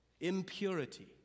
impurity